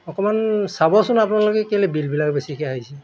অকণমান চাবচোন আপোনালোকে কেলৈ বিলবিলাক বেছিকৈ আহিছে